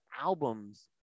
albums